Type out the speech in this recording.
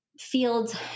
fields